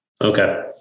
okay